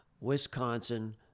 Wisconsin